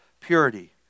purity